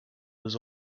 this